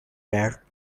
there